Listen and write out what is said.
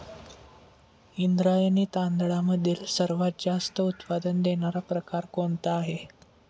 इंद्रायणी तांदळामधील सर्वात जास्त उत्पादन देणारा प्रकार कोणता आहे?